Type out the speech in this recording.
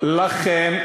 לכן,